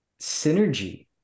synergy